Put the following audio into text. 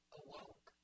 awoke